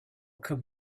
come